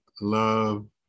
love